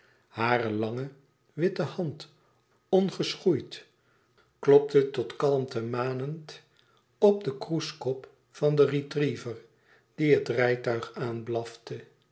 hare lange witte hand ongeschoeid klopte tot kalmte manend op den kroeskop van den retriever die het rijtuig